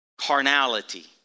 carnality